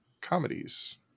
comedies